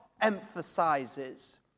emphasizes